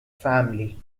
family